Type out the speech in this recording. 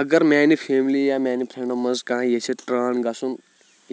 اگر میانہِ فیملی یا میانہِ فرٛنٛڈو منٛز کانٛہہ یژھِ ٹۭرٛن گَژھُن